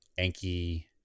Anki